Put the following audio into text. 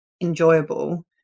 enjoyable